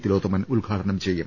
തിലോത്തമൻ ഉദ്ഘാടനം ചെയ്യും